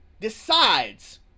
decides